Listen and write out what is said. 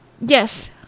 yes